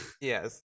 yes